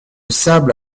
sable